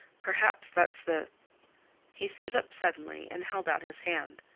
perhaps that's the he stood up suddenly and held out his hand.